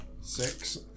Six